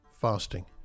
fasting